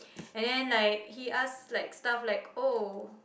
and then like he ask like stuff like oh